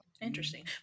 Interesting